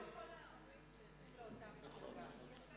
לא כל הערבים שייכים לאותה מפלגה,